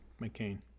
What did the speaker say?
McCain